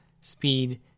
speed